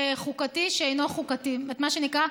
מה שנקרא,